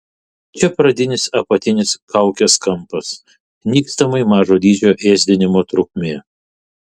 čia pradinis apatinis kaukės kampas nykstamai mažo dydžio ėsdinimo trukmė